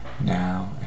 now